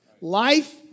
Life